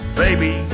baby